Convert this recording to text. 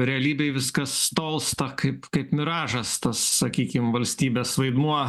realybėj viskas tolsta kaip kaip miražas tas sakykim valstybės vaidmuo